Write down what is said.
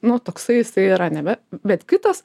nu toksai jisai yra nebe bet kitas